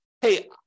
hey